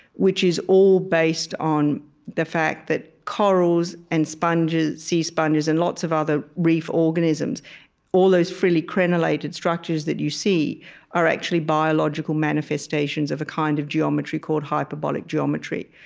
which is all based on the fact that corals and sponges sea sponges and lots of other reef organisms all those frilly crenellated structures that you see are actually biological manifestations of a kind of geometry called hyperbolic geometry.